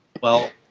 well,